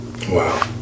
Wow